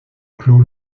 clôt